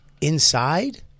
inside